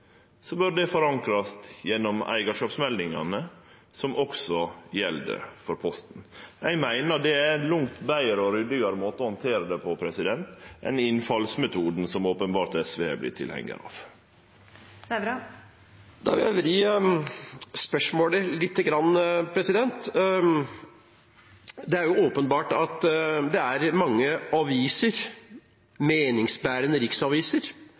bør det forankrast gjennom eigarskapsmeldingane, som også gjeld for Posten. Eg meiner det er ein langt betre og ryddigare måte å handtere det på, enn innfallsmetoden, som SV openbert har vorte tilhengar av. Da vil jeg vri spørsmålet lite grann. Det er åpenbart at det er mange